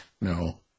No